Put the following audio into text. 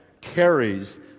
carries